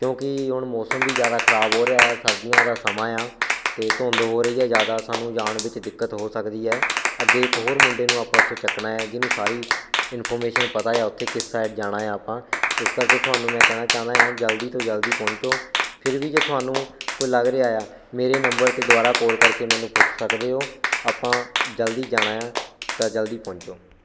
ਕਿਉਂਕਿ ਹੁਣ ਮੌਸਮ ਵੀ ਜ਼ਿਆਦਾ ਖ਼ਰਾਬ ਹੋ ਰਿਹਾ ਹੈ ਸਰਦੀਆਂ ਦਾ ਸਮਾਂ ਏ ਆ ਅਤੇ ਧੁੰਦ ਹੋ ਰਹੀ ਹੈ ਜ਼ਿਆਦਾ ਸਾਨੂੰ ਜਾਣ ਵਿੱਚ ਦਿੱਕਤ ਹੋ ਸਕਦੀ ਹੈ ਅੱਗੇ ਇੱਕ ਹੋਰ ਮੁੰਡੇ ਨੂੰ ਆਪਾਂ ਉੱਥੋਂ ਚੁੱਕਣਾ ਹੈ ਜਿਹਨੂੰ ਸਾਰੀ ਇੰਨਫੋਮੇਸ਼ਨ ਪਤਾ ਹੈ ਉੱਥੇ ਕਿਸ ਸਾਈਡ ਜਾਣਾ ਆ ਆਪਾਂ ਇਸ ਕਰਕੇ ਤੁਹਾਨੂੰ ਮੈਂ ਕਹਿਣਾ ਚਾਹੁੰਦਾ ਹਾਂ ਜਲਦੀ ਤੋਂ ਜਲਦੀ ਪਹੁੰਚੋ ਫਿਰ ਵੀ ਜੇ ਤੁਹਾਨੂੰ ਕੋਈ ਲੱਗ ਰਿਹਾ ਆ ਮੇਰੇ ਨੰਬਰ 'ਤੇ ਦੁਆਰਾ ਕੋਲ ਕਰਕੇ ਮੈਨੂੰ ਪੁੱਛ ਸਕਦੇ ਹੋ ਆਪਾਂ ਜਲਦੀ ਜਾਣਾ ਤਾਂ ਜਲਦੀ ਪਹੁੰਚੋ